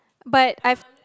but I've